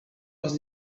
was